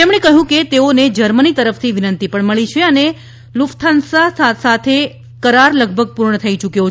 તેમણે કહ્યું કે તેઓને જર્મની તરફથી વિનંતી પણ મળી છે અને લુફથાન્સા સાથે કરાર લગભગ પૂર્ણ થઈ યૂક્યો છે